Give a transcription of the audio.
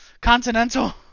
Continental